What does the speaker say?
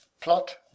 Plot